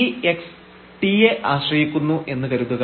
ഈ x t യെ ആശ്രയിക്കുന്നു എന്നു കരുതുക